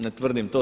Ne tvrdim to.